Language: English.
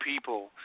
people